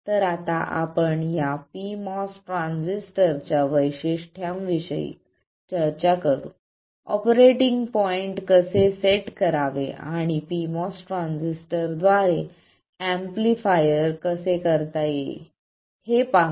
तर आता आपण या pMOS ट्रान्झिस्टरच्या वैशिष्ट्यांविषयी चर्चा करू ऑपरेटिंग पॉईंट कसे सेट करावे आणि pMOS ट्रान्झिस्टरद्वारे एम्पलीफायर कसे करता येतील हे पाहू